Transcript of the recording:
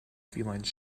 feline